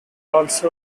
also